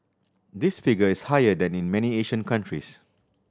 this figure is higher than in many Asian countries